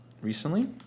recently